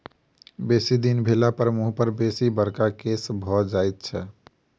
बेसी दिन भेलापर मुँह पर बेसी बड़का केश भ जाइत छै